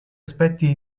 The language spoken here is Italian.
aspetti